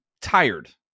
tired